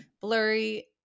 blurry